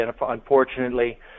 Unfortunately